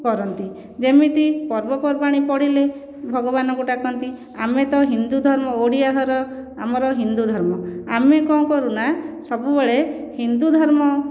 କରନ୍ତି ଯେମିତି ପର୍ବ ପର୍ବାଣୀ ପଡ଼ିଲେ ଭଗବାନଙ୍କୁ ଡାକନ୍ତି ଆମେ ତ ହିନ୍ଦୁ ଧର୍ମ ଓଡ଼ିଆ ଘର ଆମର ହିନ୍ଦୁ ଧର୍ମ ଆମେ କ'ଣ କରୁନା ସବୁବେଳେ ହିନ୍ଦୁ ଧର୍ମ